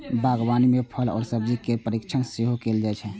बागवानी मे फल आ सब्जी केर परीरक्षण सेहो कैल जाइ छै